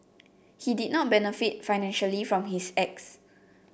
he did not benefit financially from his acts